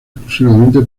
exclusivamente